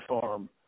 farm